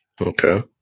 Okay